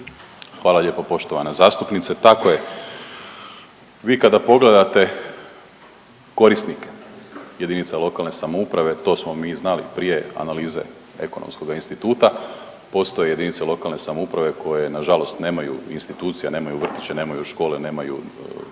Hvala lijepo poštovana zastupnice. Tako je, vi kada pogledate korisnike JLS, to smo mi znali prije analize Ekonomskoga instituta, postoje JLS koje nažalost nemaju institucija, nemaju vrtiće, nemaju škole, nemaju